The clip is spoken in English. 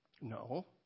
No